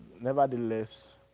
nevertheless